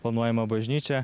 planuojama bažnyčia